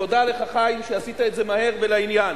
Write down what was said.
תודה לך, חיים, שעשית את זה מהר ולעניין.